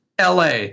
LA